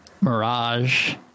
mirage